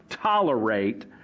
tolerate